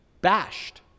bashed